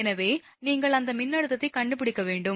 எனவே நீங்கள் அந்த மின்னழுத்தத்தைக் கண்டுபிடிக்க வேண்டும்